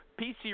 PC